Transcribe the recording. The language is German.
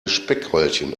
speckröllchen